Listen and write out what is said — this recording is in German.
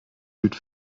gibt